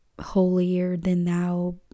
holier-than-thou